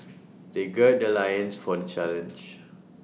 they gird their loins for the challenge